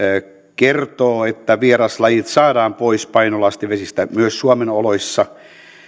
kertoo että vieraslajit saadaan pois painolastivesistä myös suomen oloissa